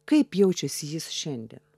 kaip jaučiasi jis šiandien